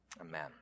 amen